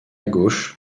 gauche